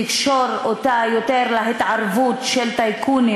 תקשור אותה יותר להתערבות של טייקונים